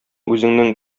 үзеңнең